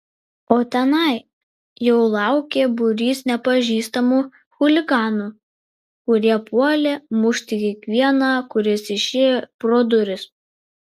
o tenai jau laukė būrys nepažįstamų chuliganų kurie puolė mušti kiekvieną kuris išėjo pro duris